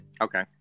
Okay